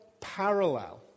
parallel